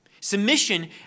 Submission